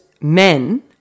men